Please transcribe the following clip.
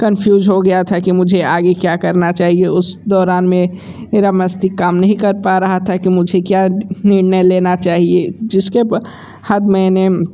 confuse हो गया था कि मुझे आगे क्या करना चाहिए उस दौरान में मेरा मस्तिष्क काम नहीं कर पा रहा था कि मुझे क्या निर्णय लेना चाहिए जिसके बाद मैंने